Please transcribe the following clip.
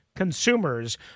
consumers